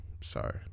sorry